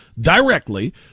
directly